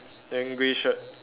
then grey shirt